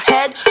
Head